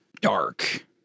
dark